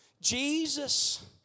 Jesus